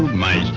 my